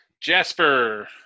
Jasper